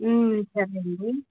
సరే అండి